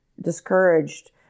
discouraged